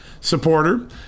Supporter